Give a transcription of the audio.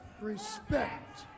respect